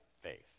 faith